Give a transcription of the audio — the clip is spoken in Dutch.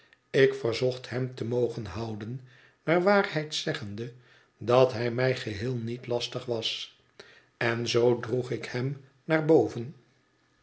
ik verzocht hem te mogen houden naar waarheid zeggende dat hij mij geheel niet lastig was en zoo droeg ik hém naar boven